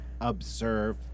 observe